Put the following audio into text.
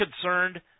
concerned